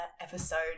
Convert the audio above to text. episode